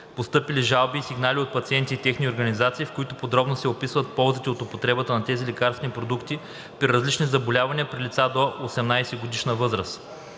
постъпили жалби и сигнали от пациенти и техни организации, в които подробно се описват ползите от употребата на тези лекарствени продукти при различни заболявания при лица до 18-годишна възраст.